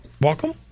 welcome